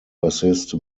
bassist